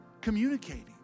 communicating